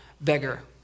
beggar